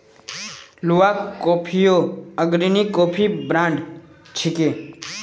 Luwak कॉफियो अग्रणी coffee brand छिके